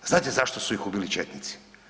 A znate zašto su ih ubili četnici?